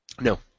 No